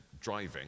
driving